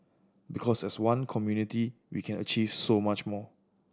because as one community we can achieve so much more